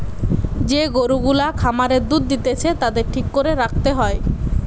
যে গরু গুলা খামারে দুধ দিতেছে তাদের ঠিক করে রাখতে হয়